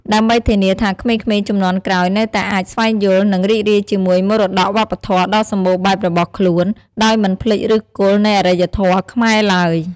ដើម្បីធានាថាក្មេងៗជំនាន់ក្រោយនៅតែអាចស្វែងយល់ និងរីករាយជាមួយមរតកវប្បធម៌ដ៏សម្បូរបែបរបស់ខ្លួន ដោយមិនភ្លេចឫសគល់នៃអរិយធម៌ខ្មែរឡើយ។